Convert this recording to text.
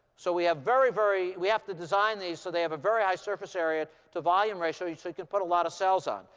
so we have very, very we have to design these so they have a very high surface area to volume ratio so you can put a lot of cells on.